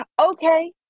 Okay